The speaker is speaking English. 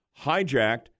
hijacked